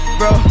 bro